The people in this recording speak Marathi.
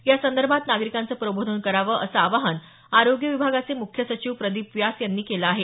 यासंदर्भात नागरिकांचं प्रबोधन करावं असं आवाहन आरोग्य विभागाचे मुख्य सचिव प्रदीप व्यास यांनी केलं आहे